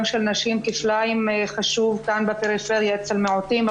של נשים חשוב כפליים כאן בפריפריה אצל מיעוטים.